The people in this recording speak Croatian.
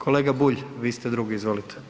Kolega Bulj, vi ste drugi, izvolite.